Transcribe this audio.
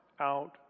out